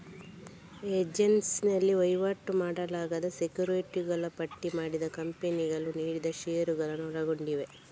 exchange ನಲ್ಲಿ ವಹಿವಾಟು ಮಾಡಲಾದ ಸೆಕ್ಯುರಿಟಿಗಳು ಪಟ್ಟಿ ಮಾಡಿದ ಕಂಪನಿಗಳು ನೀಡಿದ ಷೇರುಗಳನ್ನು ಒಳಗೊಂಡಿವೆ